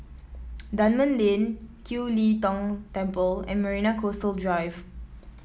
Dunman Lane Kiew Lee Tong Temple and Marina Coastal Drive